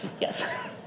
yes